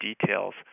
details